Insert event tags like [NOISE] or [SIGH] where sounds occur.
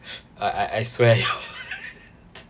I I I swear [LAUGHS]